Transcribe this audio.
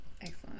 excellent